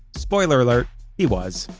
spoiler alert he was.